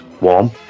warm